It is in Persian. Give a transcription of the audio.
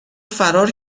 فرار